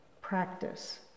practice